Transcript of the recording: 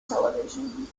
television